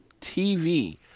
TV